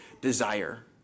desire